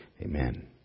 Amen